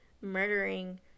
murdering